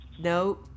No